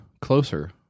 closer